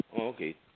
Okay